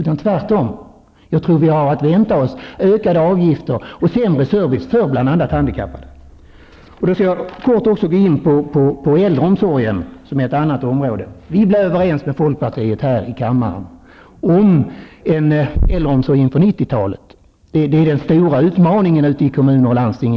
Tvärtom tror jag att vi har att vänta oss ökade avgifter och sämre service för bl.a. handikappade. Jag skall i korthet beröra äldreomsorgen. Vi blev överens med folkpartiet här i kammaren om äldreomsorgen under 90-talet. Att klara äldreomsorgen är egentligen den stora utmaningen för kommuner och landsting.